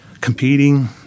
competing